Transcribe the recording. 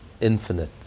infinite